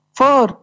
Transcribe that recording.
four